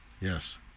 yes